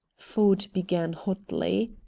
ford began hotly.